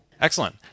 Excellent